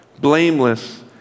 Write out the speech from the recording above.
blameless